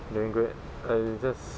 you mean great and just